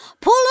pull